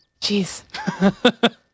jeez